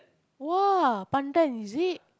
!wah! Pandan is it